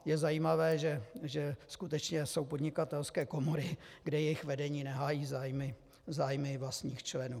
Je zajímavé, že skutečně jsou podnikatelské komory, kde jejich vedení nehájí zájmy vlastních členů.